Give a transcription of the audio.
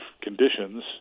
conditions